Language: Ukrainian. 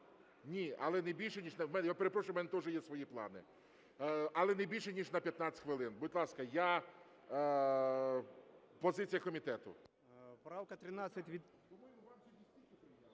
Але не більше ніж на 15 хвилин. Будь ласка, позиція комітету.